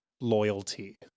loyalty